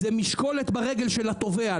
זה משקולת ברגל של התובע.